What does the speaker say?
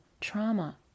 trauma